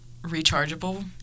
rechargeable